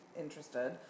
interested